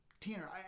Tanner